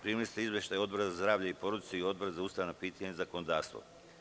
Primili ste izveštaje Odbora za zdravlje i porodicu i Odbora za ustavna pitanja i zakonodavstvo.